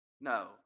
No